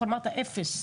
אמרת אפס.